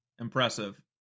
impressive